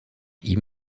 ihm